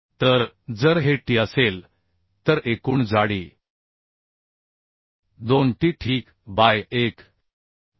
तर जर हे t असेल तर एकूण जाडी 2t ठीक बाय 1